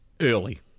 Early